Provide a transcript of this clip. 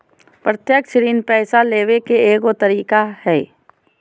प्रत्यक्ष ऋण पैसा लेबे के एगो तरीका हइ